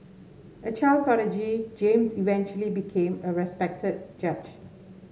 a child prodigy James eventually became a respected judge